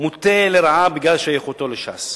מוטה לרעה בגלל שייכותו לש"ס.